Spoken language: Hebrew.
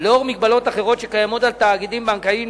לאור מגבלות אחרות שקיימות על תאגידים בנקאיים,